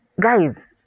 Guys